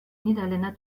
niederländer